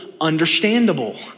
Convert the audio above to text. understandable